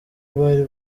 bari